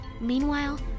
Meanwhile